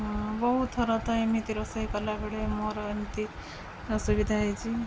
ବହୁତ ଥର ତ ଏମିତି ରୋଷେଇ କଲାବେଳେ ମୋର ଏମିତି ଅସୁବିଧା ହୋଇଛି